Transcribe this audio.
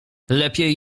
lepiej